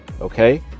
Okay